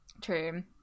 true